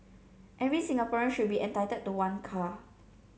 every Singaporean should be entitled to one car